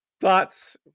thoughts